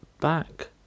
back